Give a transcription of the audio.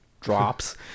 drops